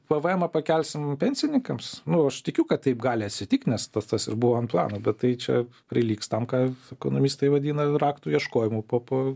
pvmą pakelsim pensininkams nu aš tikiu kad taip gali atsitikt nes tas tas ir buvo ant plano bet tai čia prilygs tam ką ekonomistai vadina raktų ieškojimu po po